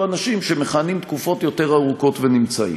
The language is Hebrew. אנשים שמכהנים תקופות ארוכות יותר ונמצאים.